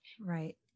right